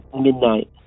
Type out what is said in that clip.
midnight